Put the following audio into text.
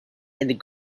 and